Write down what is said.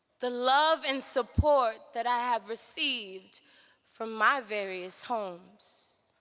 the love and support that i have received from my various homes.